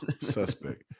suspect